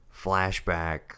flashback